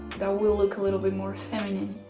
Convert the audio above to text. that will look a little bit more feminine,